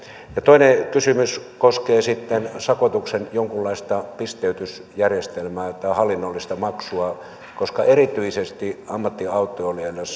toinen kysymys koskee sitten sakotuksen jonkunlaista pisteytysjärjestelmää tai hallinnollista maksua koska erityisesti ammattiautoilijalle se